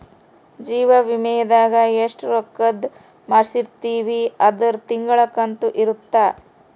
ಜೀವ ವಿಮೆದಾಗ ಎಸ್ಟ ರೊಕ್ಕಧ್ ಮಾಡ್ಸಿರ್ತಿವಿ ಅದುರ್ ತಿಂಗಳ ಕಂತು ಇರುತ್ತ